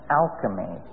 alchemy